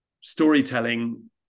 storytelling